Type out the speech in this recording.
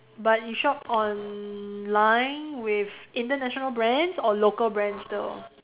but you shop online with international brands or local brands still